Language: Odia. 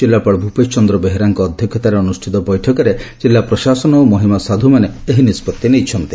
ଜିଲ୍ଲାପାଳ ଭୂପେଶ ଚନ୍ଦ ବେହେରାଙ୍କ ଅଧ୍ଧକ୍ଷତାରେ ଅନୁଷ୍ଷିତ ବେଠକରେ ଜିଲ୍ଲା ପ୍ରଶାସନ ଓ ମହିମା ସାଧୁମାନେ ଏହି ନିଷ୍ବଉି ନେଇଛନ୍ତି